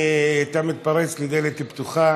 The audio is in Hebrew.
אתה מתפרץ לדלת פתוחה,